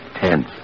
tense